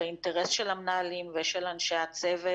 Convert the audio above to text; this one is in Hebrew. האינטרס של המנהלים ושל אנשי הצוות